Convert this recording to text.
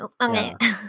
okay